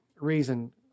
reason